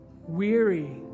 weary